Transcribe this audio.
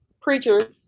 preacher